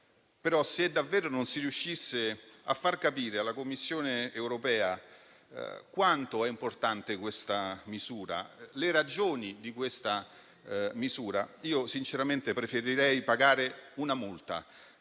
però se davvero non si riuscisse a far capire alla Commissione europea quanto è importante questa misura e le sue ragioni, sinceramente preferirei pagare la multa